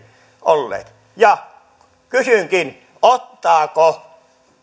olleet kysynkin ottavatko